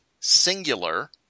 singular